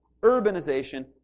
urbanization